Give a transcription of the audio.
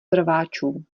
rváčů